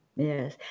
Yes